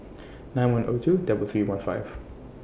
nine one O two double three one five